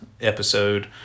episode